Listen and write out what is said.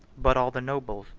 but all the nobles,